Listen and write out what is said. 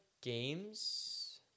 games